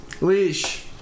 Leash